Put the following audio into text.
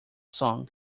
song